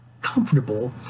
comfortable